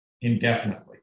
indefinitely